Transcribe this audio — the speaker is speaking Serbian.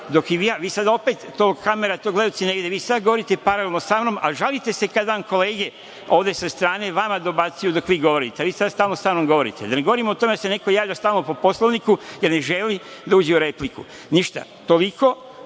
sada, vi sada opet, to kamera snima, to gledaoci ne vide, vi sad govorite paralelno sa mnom, a žalite se kad vam kolege ovde sa strane vama dobacuju dok vi govorite, a vi sad stalno sa mnom govorite. Da ne govorim o tome da se neko javlja stalno po Poslovniku, jer ne želi da uđe u repliku. Ništa. Toliko.